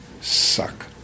suck